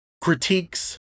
critiques